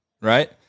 Right